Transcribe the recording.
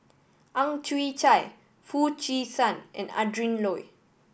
Ang Chwee Chai Foo Chee San and Adrin Loi